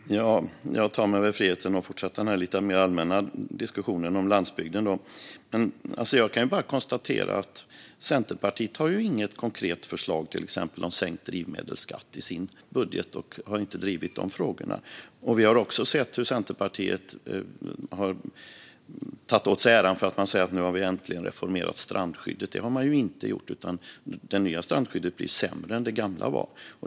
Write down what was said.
Herr talman! Jag tar mig friheten att fortsätta denna lite mer allmänna diskussion om landsbygden. Jag kan bara konstatera att Centerpartiet inte har något konkret förslag till exempel om sänkt drivmedelsskatt i sin budget och inte har drivit den frågan. Vi har också sett hur Centerpartiet har tagit åt sig äran av att man äntligen har reformerat strandskyddet. Det har man inte gjort, utan det nya strandskyddet blir sämre än det gamla var.